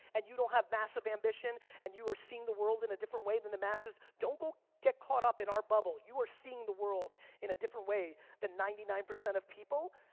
and you don't have massive ambition and you are seeing the world in a different way than the masses. don't go get caught up in our bubble. you are seeing the world in a different way than ninety nine percent of people,